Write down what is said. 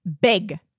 Big